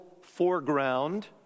foreground